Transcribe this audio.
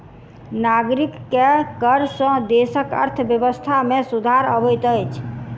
नागरिक के कर सॅ देसक अर्थव्यवस्था में सुधार अबैत अछि